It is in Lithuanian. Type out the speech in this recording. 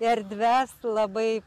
erdves labai